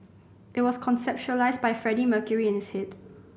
it was conceptualised by Freddie Mercury in his head